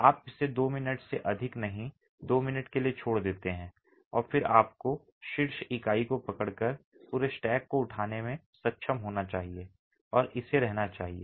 आप इसे 2 मिनट से अधिक नहीं 2 मिनट के लिए छोड़ देते हैं और फिर आपको शीर्ष इकाई को पकड़कर पूरे स्टैक को उठाने में सक्षम होना चाहिए और इसे रहना चाहिए